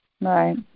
Right